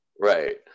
Right